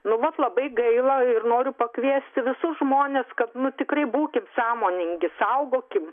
nu vat labai gaila ir noriu pakviesti visus žmones kad nu tikrai būkim sąmoningi saugokim